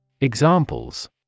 Examples